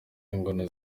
ingona